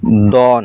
ᱫᱚᱱ